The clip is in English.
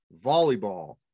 volleyball